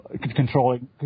controlling